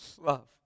love